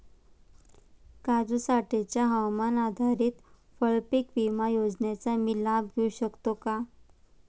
काजूसाठीच्या हवामान आधारित फळपीक विमा योजनेचा मी लाभ घेऊ शकतो का?